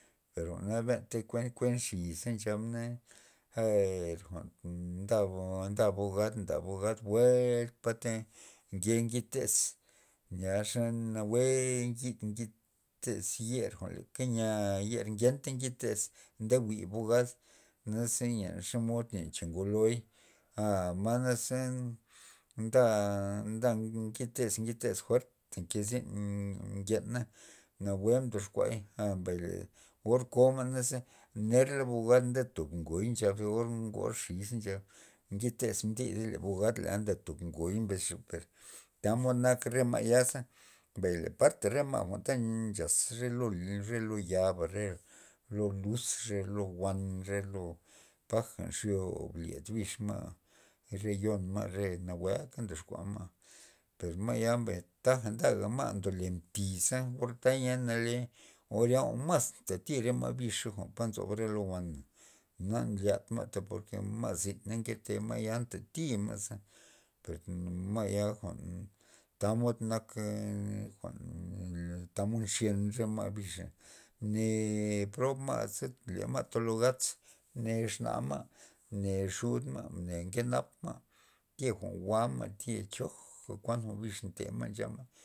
Per jwa'na benta thi kuent- kuent xi' na xab na perr jwa'n nda- nda bogad nda bogad buelt pata nke ngid tez yia xa nawue nke ngid' ngid tez yer lepa nawue nya na ngenta ngid tez nde jwi' bogad naze len xomod cha ngoloy a ma naze nda- nda ngit nde kez ngid zyn fuerta nke zyn ngena nawue mdoxkuay a mbay le or koma' neze nerla bogad nde tob ngoy nchab zi or ngoy xiy nchab ngid texa mbida le abogad ndetob ngoy mbesxa per tamod nak re ma'yaza, mbay le parte re ma'yaza ta nchaz re lo nchaz lo re lo yaba re lo luz re lo wan re lo paja nxyob lyed bix ma' re yon ma' re nauweka ndoxkua ma' per ma'ya taja ma' ndole mti za na or taya nale or ya mas ntati re lo re ma' bixa pa nzob re lo wana na nlyad ma' por lo ke ma' zina nke te ma'ya na ntati ma'za per ma'ya jwa'n tamod ntak jwa'n jwa'n tamod nxyen re ma' bixa ne prob ma'ze le ma' tolo gatza mne exna ma'za mne xud ma' mne nke nap ma' ke jwa'n jwa'ma tye choja re kuan jwa'n bix ncha ma'